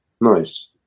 nice